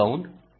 இது கிரவுண்ட்